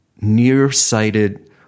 nearsighted